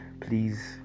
please